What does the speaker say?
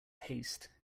haste